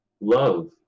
love